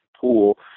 pool